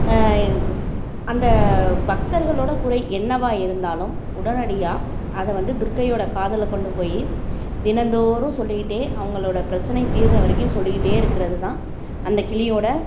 அந்த பக்தர்களோட குறை என்னவாக இருந்தாலும் உடனடியாக அதை வந்து துர்க்கையோட காதில் கொண்டு போய் தினந்தோரும் சொல்லிக்கிட்டு அவங்களோட பிரச்சனை தீர்கிற வரைக்கும் சொல்லிக்கிட்டு இருக்கிறது தான் அந்த கிளியோட